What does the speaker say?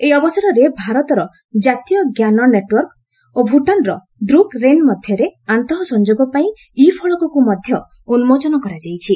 ଏହି ଅବସରରେ ଭାରତର ଜାତୀୟ ଜ୍ଞାନ ନେଟ୍ୱର୍କ ଓ ଭୁଟାନ୍ର ଦ୍ରୁକ୍ ରେନ୍ ମଧ୍ୟରେ ଆନ୍ତଃ ସଂଯୋଗ ପାଇଁ ଇ ଫଳକକ୍ ମଧ୍ୟ ଉନ୍ନୋଚନ କରାଯାଇଛି